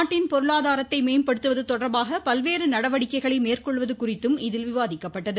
நாட்டின் பொருளாதாரத்தை மேம்படுத்துவது தொடர்பாக பல்வேறு நடவடிக்கைகளை மேற்கொள்வது குறித்தும் இதில் விவாதிக்கப்பட்டது